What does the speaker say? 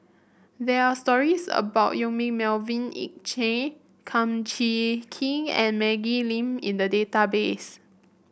there are stories about Yong Melvin Yik Chye Kum Chee Kin and Maggie Lim in the database